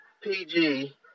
PG